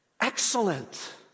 excellent